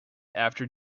after